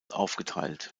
aufgeteilt